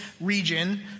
region